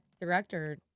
director